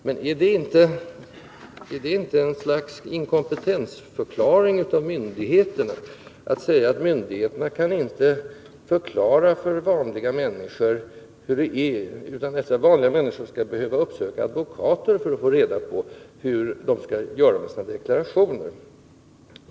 Men är det inte ett slags inkompetensförklaring av myndigheterna att säga att dessa inte kan förklara för vanliga människor hur det är, utan att dessa människor skall behöva uppsöka advokater för att få reda på hur de skall göra sina deklarationer?